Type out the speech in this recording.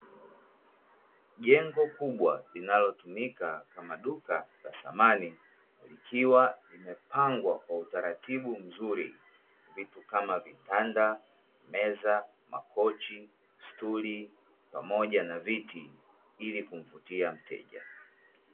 Jengo kubwa linalotumika kama duka la samani, likiwa limepangwa kwa utaratibu mzuri vitu kama; kitanda, meza, makochi, stuli pamoja na viti ilikumvutia mteja.